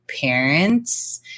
parents